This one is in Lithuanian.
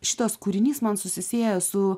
šitas kūrinys man susisieja su